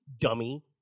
Dummy